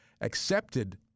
accepted